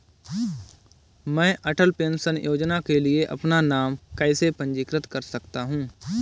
मैं अटल पेंशन योजना के लिए अपना नाम कैसे पंजीकृत कर सकता हूं?